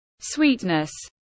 Sweetness